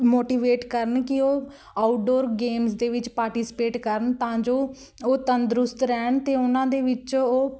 motivate ਕਰਨ ਕਿ ਉਹ ਆਊਟਡੋਰ ਗੇਮਸ ਦੇ ਵਿੱਚ ਪਾਰਟੀਸਪੇਟ ਕਰਨ ਤਾਂ ਜੋ ਉਹ ਤੰਦਰੁਸਤ ਰਹਿਣ ਅਤੇ ਉਹਨਾਂ ਦੇ ਵਿੱਚ ਉਹ